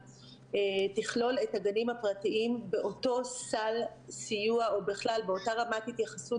תכלול את הגנים הפרטיים באותו סל סיוע או בכלל באותה רמת התייחסות.